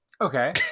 Okay